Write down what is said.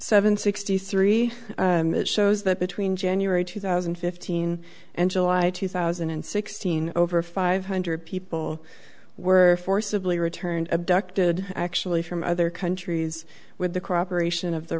seven sixty three shows that between january two thousand and fifteen and july two thousand and sixteen over five hundred people were forcibly returned abducted actually from other countries with the cooperation of the